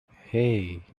hey